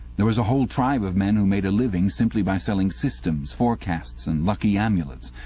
there was a whole tribe of men who made a living simply by selling systems, forecasts, and lucky amulets.